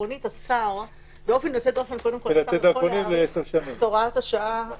השר יכול להאריך את הוראת השעה